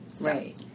Right